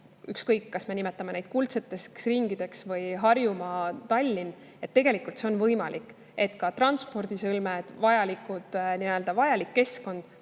ükskõik, kas me nimetame neid kuldseteks ringideks – Harjumaad, Tallinna. Tegelikult see on võimalik, sest transpordisõlmed ja vajalik keskkond